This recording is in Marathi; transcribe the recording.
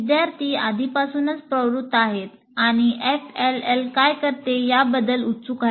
विद्यार्थी आधीपासूनच प्रवृत्त आहेत आणि FLL काय करते याबद्दल उत्सुक आहेत